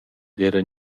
d’eira